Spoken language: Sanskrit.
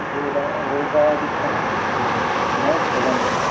रोगः रोगादिकं न भवन्ति